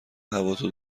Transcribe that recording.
هواتو